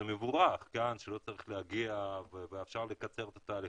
זה מבורך שלא צריך להגיע ואפשר לקצר תהליכים,